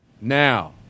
Now